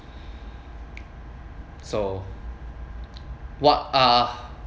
so what are